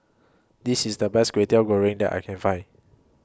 This IS The Best Kwetiau Goreng that I Can Find